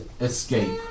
escape